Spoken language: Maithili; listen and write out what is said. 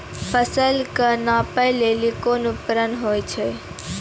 फसल कऽ नापै लेली कोन उपकरण होय छै?